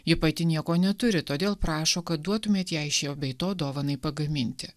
ji pati nieko neturi todėl prašo kad duotumėt jei šio bei to dovanai pagaminti